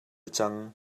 cang